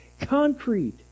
concrete